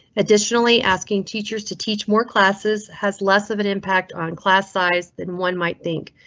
additionally, asking teachers to teach more classes has less of an impact on class size than one might think.